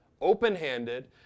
open-handed